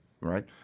right